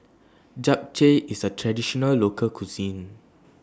Japchae IS A Traditional Local Cuisine